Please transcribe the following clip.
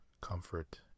comfort